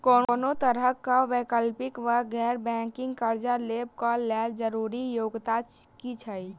कोनो तरह कऽ वैकल्पिक वा गैर बैंकिंग कर्जा लेबऽ कऽ लेल जरूरी योग्यता की छई?